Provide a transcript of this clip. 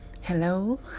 hello